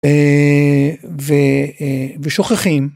ושוכחים.